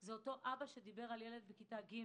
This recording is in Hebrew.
זה אותו אב של ילד בכיתה ג',